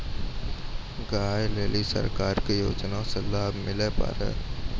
गाय ले ली सरकार के योजना से लाभ मिला पर?